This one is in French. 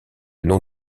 nom